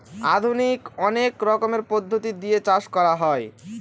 আধুনিক অনেক রকমের পদ্ধতি দিয়ে চাষ করা হয়